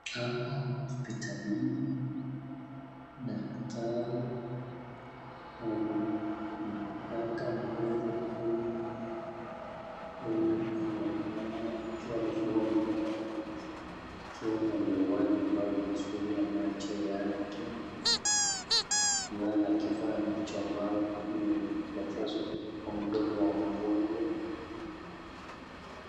Hapa ni hospitalini. Daktari amemweka mgonjwa huyu huyu ambaye amelala akiwa amefungua mdomo, akiwa na miwani ambayo inazuia macho yake na anavaa hicho ambacho kimeelekezwa kwa mdomo wa mgonjwa.